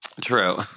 True